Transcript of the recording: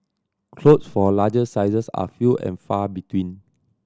clothes for larger sizes are few and far between